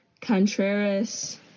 Contreras